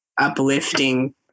uplifting